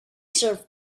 serve